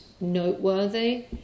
noteworthy